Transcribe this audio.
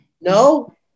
No